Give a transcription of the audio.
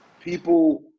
people